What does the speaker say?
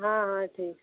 हाँ हाँ ठीक है